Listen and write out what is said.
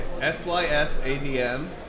S-Y-S-A-D-M